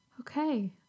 okay